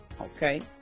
okay